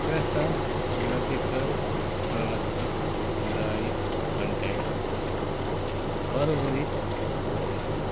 ترٛےٚ ساس رۄپیہِ کَر ٹرانسفر داے کنٹیکٹَس فرؤریِچ اُجرت